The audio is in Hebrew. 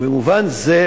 ובמובן זה,